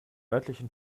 örtlichen